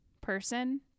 person